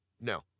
No